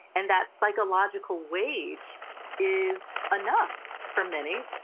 and that psychological wage is enough for many,